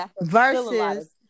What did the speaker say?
Versus